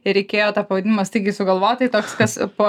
ir reikėjo tą pavadinimą staigiai sugalvot tai toks kas po